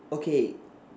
okay